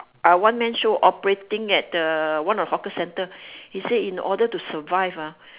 ah one man show operating at the one of the hawker center he say in order to survive ah